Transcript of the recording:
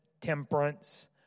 temperance